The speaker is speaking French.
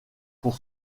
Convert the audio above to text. pour